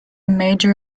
major